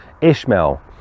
Ishmael